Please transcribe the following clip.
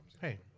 Hey